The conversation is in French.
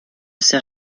ces